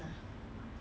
all four years